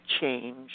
change